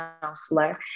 counselor